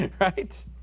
Right